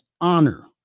honor